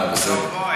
אה, בסדר.